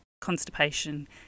constipation